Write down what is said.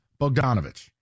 Bogdanovich